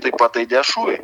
taip pat aidės šūviai